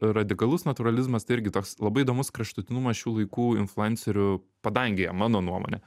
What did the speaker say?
radikalus natūralizmas tai irgi toks labai įdomus kraštutinumas šių laikų influencerių padangėje mano nuomone